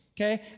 Okay